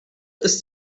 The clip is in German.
ist